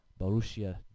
Borussia